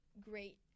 great